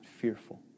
fearful